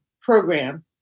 program